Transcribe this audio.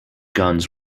guns